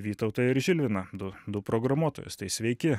vytautą ir žilviną du du programuotojus tai sveiki